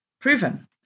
proven